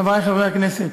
חברי חברי הכנסת,